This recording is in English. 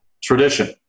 tradition